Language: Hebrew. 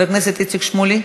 חבר הכנסת איציק שמולי,